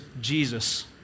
Jesus